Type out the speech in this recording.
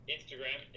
Instagram